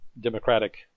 democratic